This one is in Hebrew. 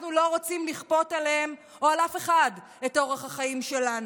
אנחנו לא רוצים לכפות עליהם או על אף אחד את אורח החיים שלנו,